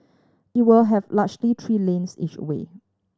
it will have largely three lanes each way